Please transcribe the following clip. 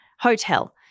Hotel